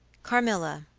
carmilla,